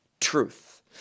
truth